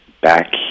back